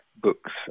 books